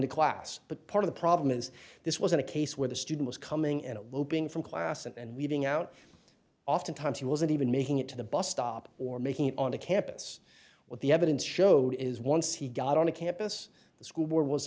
o class but part of the problem is this wasn't a case where the student was coming in a low being from class and leaving out oftentimes he wasn't even making it to the bus stop or making it on a campus where the evidence showed is once he got on a campus the school board was